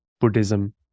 buddhism